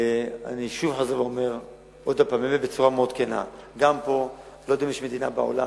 אני שוב חוזר ואומר בצורה כנה: אני לא יודע אם יש מדינה בעולם